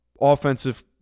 offensive